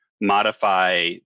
modify